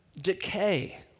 decay